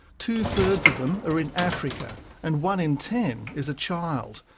two-thirds of them are in africa and one in ten is a child,